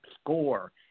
score